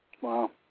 Wow